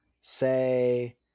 say